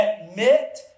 Admit